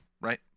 right